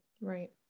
Right